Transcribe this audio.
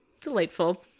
Delightful